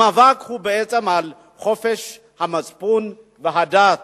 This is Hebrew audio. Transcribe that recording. המאבק הוא על חופש המצפון והדת,